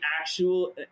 actual